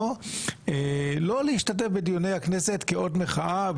לא להשתתף בדיוני הכנסת כאות מחאה,